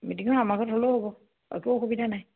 মিটিঙো আমাক ঘৰতে হ'লেও হ'ব একো অসুবিধা নাই